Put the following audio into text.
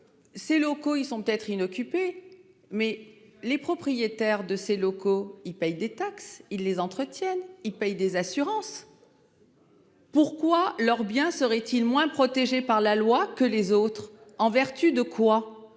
Ses locaux ils sont peut-être inoccupé, mais les propriétaires de ces locaux, ils payent des taxes ils les entretiennent, ils payent des assurances. Pourquoi leurs biens seraient-ils moins protégés par la loi que les autres en vertu de quoi